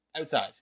Outside